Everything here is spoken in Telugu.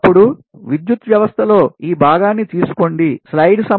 అప్పుడు విద్యుత్ వ్యవస్థలో ఈ భాగాన్ని తీసుకోండి